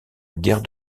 guerre